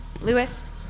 Lewis